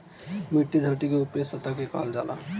मिट्टी धरती के ऊपरी सतह के कहल जाला